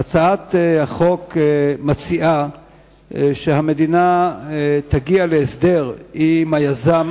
בהצעת החוק מוצע שהמדינה תגיע להסדר עם היזם